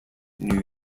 new